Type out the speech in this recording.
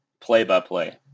play-by-play